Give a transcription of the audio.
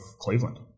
Cleveland